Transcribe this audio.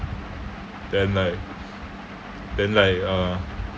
then like then like uh